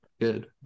good